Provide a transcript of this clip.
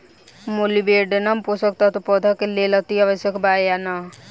Molybdenum पोषक तत्व पौधा के लेल अतिआवश्यक बा या न?